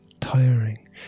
tiring